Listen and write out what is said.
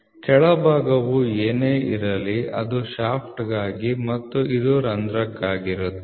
ಕೆಳಭಾಗವು ಏನೇ ಇರಲಿ ಅದು ಶಾಫ್ಟ್ಗಾಗಿ ಮತ್ತು ಇದು ರಂಧ್ರಕ್ಕಾಗಿರುತ್ತದೆ